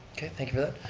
thank you for that.